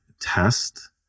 test